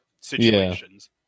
situations